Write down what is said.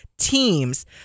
Teams